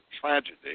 tragedy